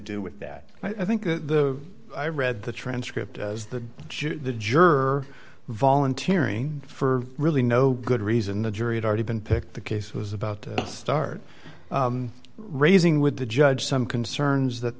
do with that i think the i read the transcript as the jew the jerk volunteering for really no good reason the jury had already been picked the case was about to start raising with the judge some concerns that